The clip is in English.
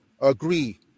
agree